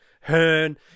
Hearn